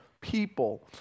people